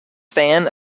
fan